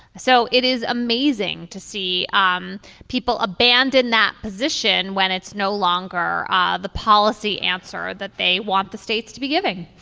so it is amazing to see um people abandon that position when it's no longer ah the policy answer that they want the states to be giving